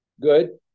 good